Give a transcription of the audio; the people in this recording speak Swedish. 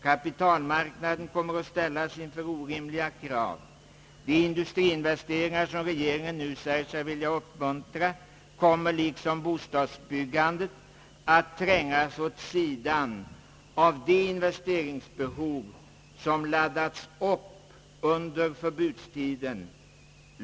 Kapitalmarknaden kommer att ställas inför orimliga krav. De industriinvesteringar som regeringen nu säger sig vilja uppmuntra kommer liksom bostadsbyggandet att trängas åt sidan av de investeringsbehov som laddats upp under förbudstiden.